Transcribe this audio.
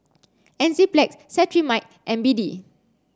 Enzyplex Cetrimide and B D